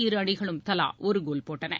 இரு அணிகளும் தலா ஒரு கோல் போட்டன